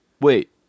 wait